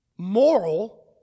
Moral